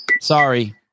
Sorry